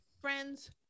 Friends